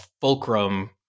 fulcrum